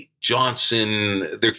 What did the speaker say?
Johnson